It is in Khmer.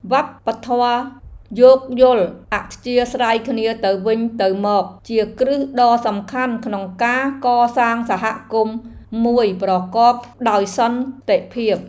វប្បធម៌យោគយល់អធ្យាស្រ័យគ្នាទៅវិញទៅមកជាគ្រឹះដ៏សំខាន់ក្នុងការកសាងសហគមន៍មួយប្រកបដោយសន្តិភាព។